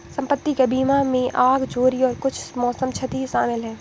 संपत्ति का बीमा में आग, चोरी और कुछ मौसम क्षति शामिल है